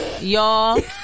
y'all